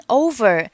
over